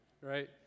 right